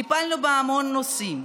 טיפלנו בהמון נושאים,